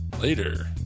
later